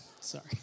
Sorry